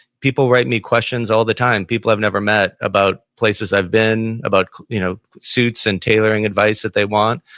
people write me questions all the time, people i've never met about places i've been, about you know suits and tailoring advice that they want,